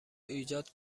ایجاد